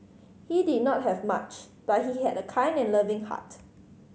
he did not have much but he had a kind and loving heart